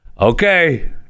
Okay